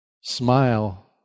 smile